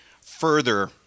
further